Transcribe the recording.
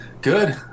good